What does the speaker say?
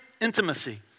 intimacy